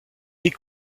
est